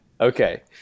Okay